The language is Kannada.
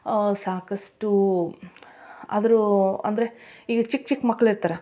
ಸಾಕಷ್ಟು ಆದರೂ ಅಂದರೆ ಈಗ ಚಿಕ್ಕ ಚಿಕ್ಕ ಮಕ್ಕಳು ಇರ್ತಾರೆ